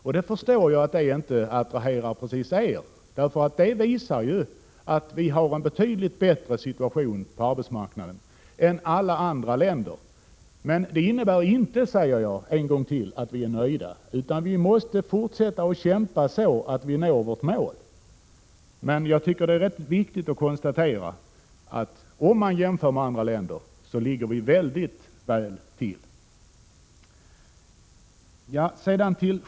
Men jag förstår att det inte direkt attraherar er, för sådana jämförelser visar att situationen på arbetsmarknaden är betydligt bättre i Sverige än vad situationen är i andra länder. Men det innebär, säger jag en gång till, inte att vi är nöjda, utan vi måste fortsätta att kämpa, så att vi når vårt mål. Det är emellertid viktigt att konstatera att om man gör jämförelser med andra länder finner man att vi ligger väldigt väl till.